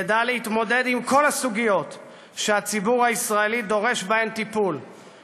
תדע להתמודד עם כל הסוגיות שהציבור הישראלי דורש טיפול בהן,